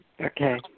Okay